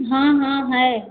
हाँ हाँ है